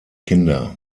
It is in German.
kinder